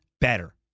better